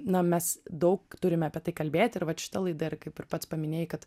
na mes daug turime apie tai kalbėti ir vat šita laida ir kaip ir pats paminėjai kad